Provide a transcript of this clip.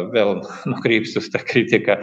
vėl nukrypsiu su ta kritika